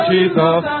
Jesus